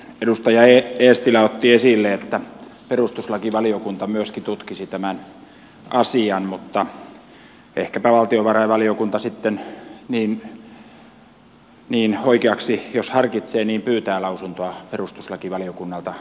edustaja eestilä otti esille että perustuslakivaliokunta myöskin tutkisi tämän asian mutta ehkäpä valtiovarainvaliokunta sitten jos oikeaksi harkitsee pyytää lausuntoa perustuslakivaliokunnalta